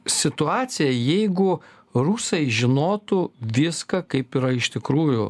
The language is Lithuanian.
situacija jeigu rusai žinotų viską kaip yra iš tikrųjų